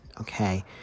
okay